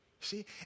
See